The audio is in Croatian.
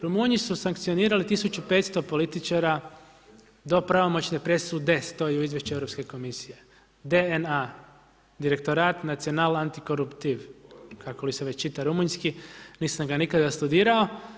Rumunji su sankcionirali 1500 političara do pravomoćne presude, stoji u izvješću Europske komisije, DNA, direktorat nacional antikoruptiv kako li se već čita Rumunjski, nisam ga nikada studirao.